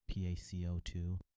PaCO2